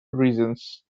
reasons